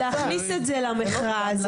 להכניס את זה למכרז,